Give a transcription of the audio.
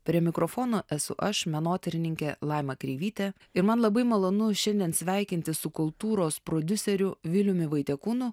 prie mikrofono esu aš menotyrininkė laima kreivytė ir man labai malonu šiandien sveikintis su kultūros prodiuseriu viliumi vaitiekūnu